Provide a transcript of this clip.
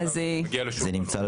זה נמצא על שולחנו?